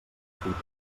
fites